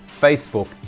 Facebook